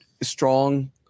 Strong